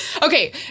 Okay